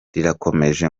rirakomeje